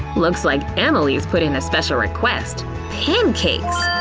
looks like emily's put in a special request pancakes!